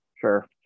Sure